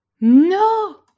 No